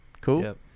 Cool